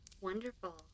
Wonderful